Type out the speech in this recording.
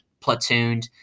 platooned